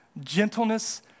gentleness